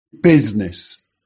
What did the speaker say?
business